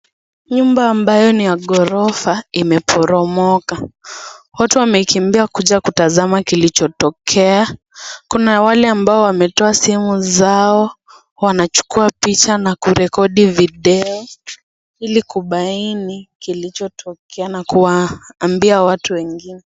Nyumba ambayo ni ya ghorofa imeboromoka. Watu wamekimbia kuna kutazama kilichotokea. Kuna wale ambao wametoa simu zao, wanachukua picha na kurekodi video Ili kubaini kilichotokea na kuwaambia watu wengine.